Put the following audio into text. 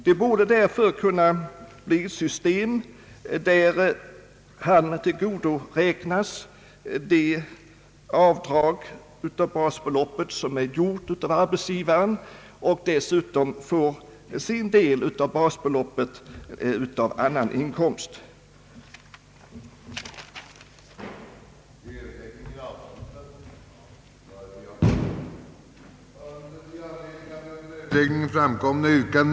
Man borde därför kunna få ett system där arbetstagaren tillgodoräknas det basbeloppsavdrag som arbetsgivaren gjort och arbetstagaren dessutom får sin del av basbeloppet avdragen från inkomsten av annat förvärvsarbete.